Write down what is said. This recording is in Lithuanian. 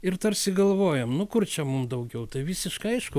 ir tarsi galvojam nu kur čia mum daugiau tai visiškai aišku